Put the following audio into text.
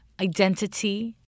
identity